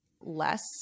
less